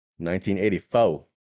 1984